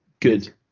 Good